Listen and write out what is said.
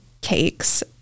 cakes